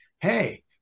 hey